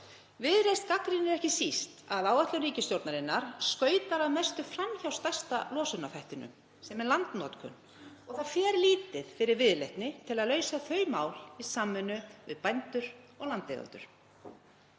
Viðreisn gagnrýnir ekki síst að áætlun ríkisstjórnarinnar skautar að mestu fram hjá stærsta losunarþættinum sem er landnotkun. Það fer lítið fyrir viðleitni til að leysa þau mál í samvinnu við bændur og landeigendur.